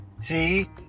See